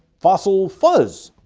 fossil fuzz.